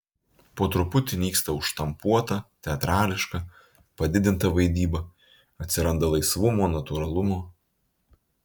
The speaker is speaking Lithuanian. po truputį nyksta užštampuota teatrališka padidinta vaidyba atsiranda laisvumo natūralumo